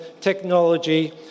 technology